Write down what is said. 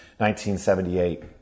1978